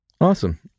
Awesome